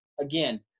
Again